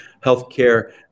healthcare